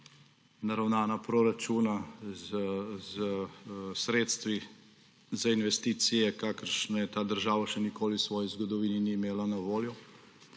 naravnana proračuna s sredstvi za investicije, kakršne ta država še nikoli v svoji zgodovini ni imela na voljo,